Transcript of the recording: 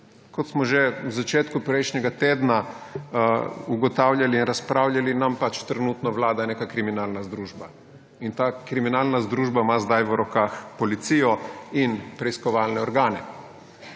Kot smo že v začetku prejšnjega tedna ugotavljali in razpravljali, nam pač trenutno vlada neka kriminalna združba. Ta kriminalna združba ima zdaj v rokah policijo in preiskovalne organe.